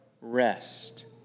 rest